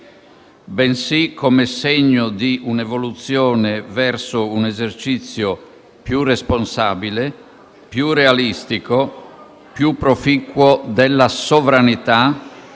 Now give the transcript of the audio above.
bensì come segno di un'evoluzione verso un esercizio più responsabile, più realistico e più proficuo della sovranità